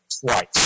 twice